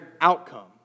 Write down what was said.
outcome